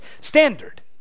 standard